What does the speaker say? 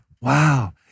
wow